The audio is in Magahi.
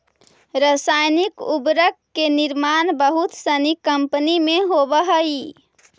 रसायनिक उर्वरक के निर्माण बहुत सनी कम्पनी में होवऽ हई